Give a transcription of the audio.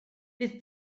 bydd